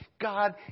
God